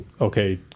okay